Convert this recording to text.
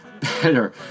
better